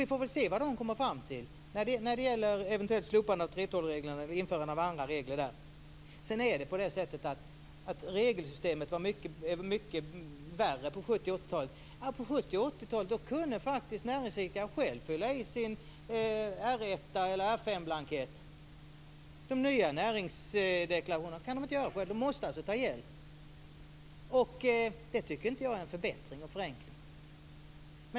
Vi får väl se vad den kommer fram till när det gäller eventuellt slopande av 3:12-reglerna eller införande av andra regler. Sedan till frågan om huruvida regelsystemet var mycket värre på 70 och 80-talen. På 70 och 80-talen kunde näringsidkaren själv fylla i sin R1:a eller R5 blankett. De nya näringsdeklarationerna kan de inte göra själva. De måste alltså ta hjälp. Det tycker inte jag är en förbättring och förenkling.